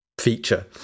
feature